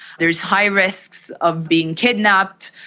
there is high risks of being kidnapped.